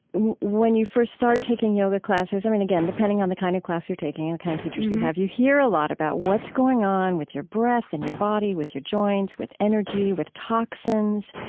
when you first start taking yoga classes, i mean, again, depending on the kind of class you're taking and the kind of teachers you have, you hear a lot about what's going on with your breath and your body, with your joints, with energy, with toxins.